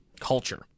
culture